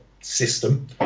system